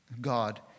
God